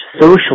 social